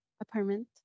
apartment